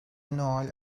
noel